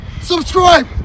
Subscribe